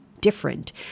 different